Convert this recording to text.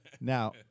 now